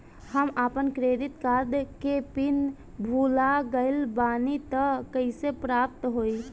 हम आपन credit card के पिन भुला गइल बानी त कइसे प्राप्त होई?